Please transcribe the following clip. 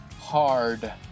hard